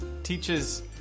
Teaches